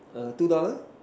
err two dollar